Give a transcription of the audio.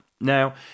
Now